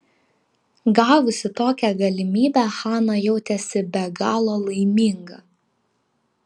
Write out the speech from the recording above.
gavusi tokią galimybę hana jautėsi be galo laiminga